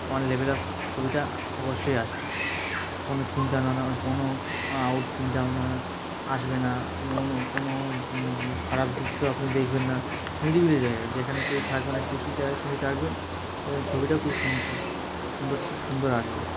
one level up ছবিটা অবশ্যই আসবে কোনো চিন্তা ভাবনা ও কোনো আউট চিন্তা ভাবনা আসবে না কোনো কোনো খারাপ দৃশ্য আপনি দেখবেন না নিরিবিলি জায়গায় যেখানে কেউ থাকবে না সেসব জায়গায় ছবিটা আঁকবেন দেখবেন ছবিটাও খুব সুন্দর থাকবে সুন্দরটা সুন্দর আসবে